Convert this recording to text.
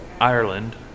Ireland